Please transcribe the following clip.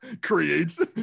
Creates